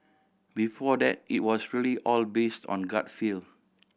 before that it was really all based on gut feel